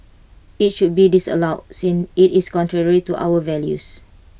IT should be disallowed since IT is contrary to our values